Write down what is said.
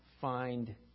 find